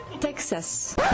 Texas